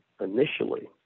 initially